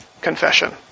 confession